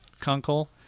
Kunkel